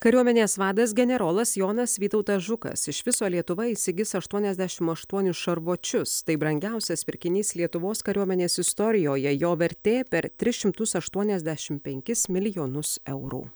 kariuomenės vadas generolas jonas vytautas žukas iš viso lietuva įsigis aštuoniasdešim aštuonis šarvuočius tai brangiausias pirkinys lietuvos kariuomenės istorijoje jo vertė per tris šimtus aštuoniasdešim penkis milijonus eurų